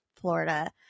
Florida